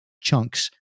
chunks